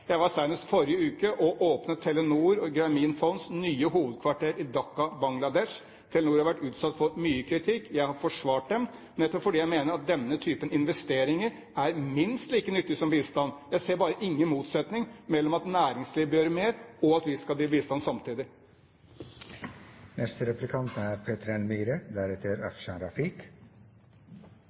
Jeg var senest i forrige uke og åpnet Telenor og Grameenphones nye hovedkvarter i Dhaka, Bangladesh. Telenor har vært utsatt for mye kritikk, men jeg har forsvart dem, nettopp fordi jeg mener at denne typen investeringer er minst like nyttig som bistand. Jeg ser bare ingen motsetning mellom at næringslivet bør gjøre mer, og at vi skal gi bistand samtidig. Jeg merker meg at bistandsministeren er